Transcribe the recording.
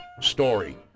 story